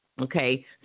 okay